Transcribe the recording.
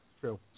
True